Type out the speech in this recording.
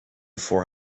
four